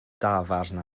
dafarn